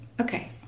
okay